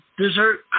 dessert